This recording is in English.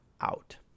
out